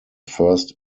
first